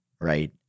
right